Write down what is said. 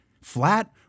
Flat